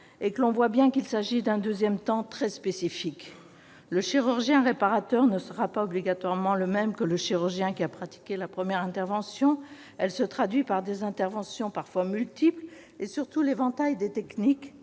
et que l'on voit bien qu'il s'agit d'un deuxième temps très spécifique. Le chirurgien « réparateur » ne sera pas obligatoirement le même que le chirurgien qui a pratiqué la première intervention. Cela se traduit par des interventions parfois multiples, et surtout l'éventail des techniques,